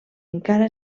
encara